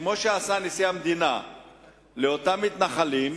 שכמו שעשה נשיא המדינה לאותם מתנחלים,